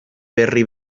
berri